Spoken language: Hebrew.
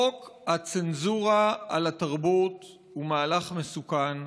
חוק הצנזורה על התרבות הוא מהלך מסוכן.